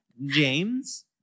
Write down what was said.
James